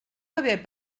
haver